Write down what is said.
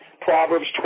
Proverbs